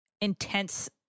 intense